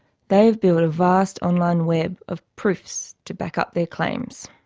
they have built a vast online web of proofs to back up their claims.